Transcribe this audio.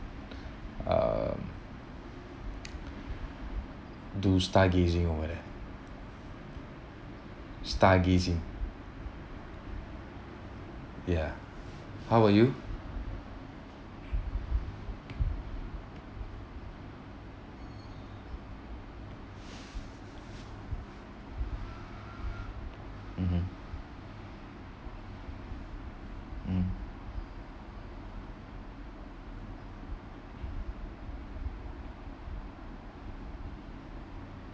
um do stargazing or whatever stargazing ya how about you mmhmm mm